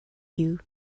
you